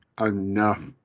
enough